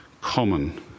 common